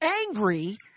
angry